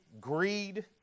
greed